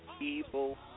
evil